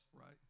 right